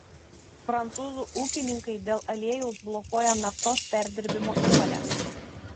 prancūzų ūkininkai dėl aliejaus blokuoja naftos perdirbimo įmones